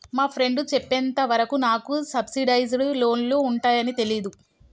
మా ఫ్రెండు చెప్పేంత వరకు నాకు సబ్సిడైజ్డ్ లోన్లు ఉంటయ్యని తెలీదు